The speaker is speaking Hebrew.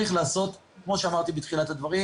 וכמו שאמרתי בתחילת בדברים